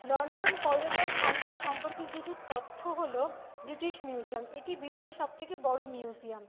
London পর্যটন স্থানগুলির সম্পর্কে কিছু তথ্য হল ব্রিটিশ মিউজিয়াম এটি বিশ্বের সবথেকে বড় মিউজিয়াম